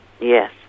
Yes